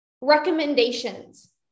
recommendations